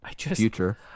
future